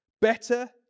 Better